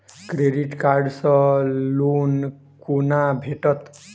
Credit card सँ loan कोना भेटत?